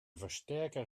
versterker